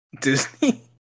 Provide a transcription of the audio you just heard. Disney